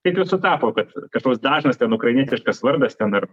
taip jau sutapo kad kažkoks dažnas ten ukrainietiškas vardas ten ar